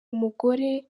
umugore